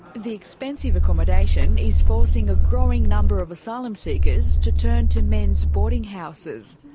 the expensive accommodation is forcing a growing number of asylum seekers to turn to men's boarding houses,